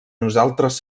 nosaltres